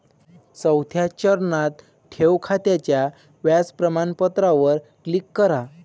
चौथ्या चरणात, ठेव खात्याच्या व्याज प्रमाणपत्रावर क्लिक करा